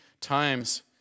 times